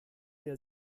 der